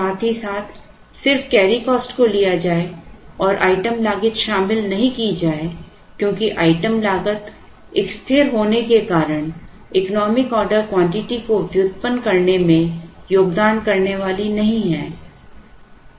साथ ही साथ सिर्फ कैरी कॉस्ट को लिया जाए और आइटम लागत शामिल नहीं की जाए क्योंकि आइटम लागत एक स्थिर होने के कारण इकोनॉमिक ऑर्डर क्वांटिटी को व्युत्पन्न करने में योगदान करने वाली नहीं है